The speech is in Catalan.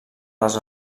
les